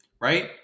right